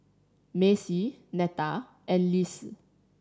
Macie Netta and Lise